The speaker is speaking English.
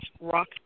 rock